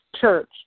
Church